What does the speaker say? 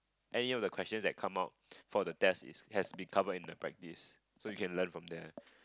end year of the questions that come out for the test is has become in the practice so you can learn from there